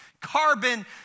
carbon